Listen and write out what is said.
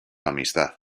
amistad